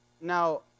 now